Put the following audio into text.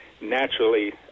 naturally